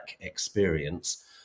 experience